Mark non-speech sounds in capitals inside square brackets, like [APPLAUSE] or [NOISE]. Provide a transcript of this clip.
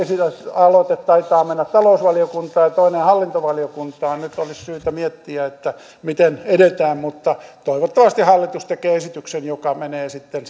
aloite taitaa mennä talousvaliokuntaan ja toinen hallintovaliokuntaan nyt olisi syytä miettiä miten edetään mutta toivottavasti hallitus tekee esityksen joka menee sitten [UNINTELLIGIBLE]